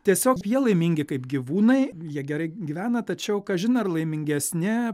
tiesiog jie laimingi kaip gyvūnai jie gerai gyvena tačiau kažin ar laimingesni